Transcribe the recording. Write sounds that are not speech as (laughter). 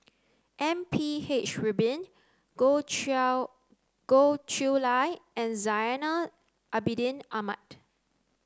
M P H Rubin Goh (unintelligible) Goh Chiew Lye and Zainal Abidin Ahmad